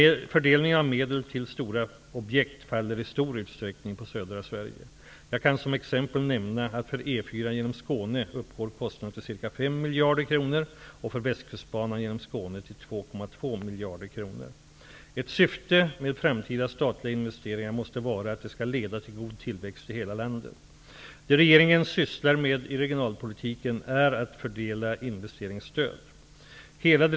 Fördelningen av medel till stora objekt faller i stor utsträckning på södra Sverige. Jag kan som exempel nämna att för E4 genom Skåne uppgår kostnaden till ca 5 miljarder kronor och för Ett syfte med framtida statliga investeringar måste vara att de skall leda till god tillväxt i hela landet. Det regeringen sysslar minst med i regionalpolitiken är att fördela investeringsstöd.